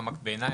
בעיניי,